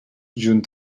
junt